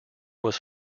was